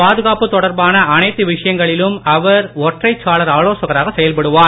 பாதுகாப்பு தொடர்பான அனைத்து விஷயங்களிலும் அவர் ஒற்றைச் சாளர ஆலோசகராக செயல்படுவார்